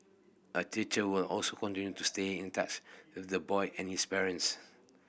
a teacher will also continue to stay in touch with the boy and his parents